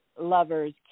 lovers